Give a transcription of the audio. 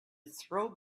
throw